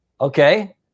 Okay